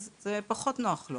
זה פחות נוח לו,